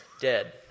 dead